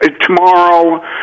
tomorrow